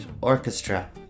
Orchestra